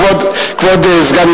אתה מגזים בזה, כי אתה אומר